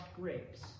grapes